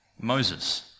Moses